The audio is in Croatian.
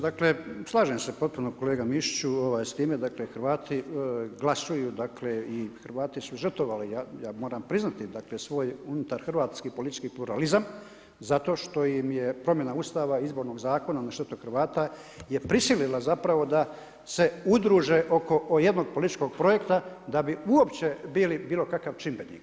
Dakle, slažem se potpuno kolega Mišiću, s time, dakle, Hrvati glasuju, dakle i Hrvati su žrtvovali i ja moram priznati, dakle, svoj unutar hrvatski politički pluralizam, zato što im je promjena Ustava, izbornog zakona na štetu Hrvata je prisilila zapravo da se udruže oko jednog političkog projekta, da bi uopće bili bilo kakav čimbenik.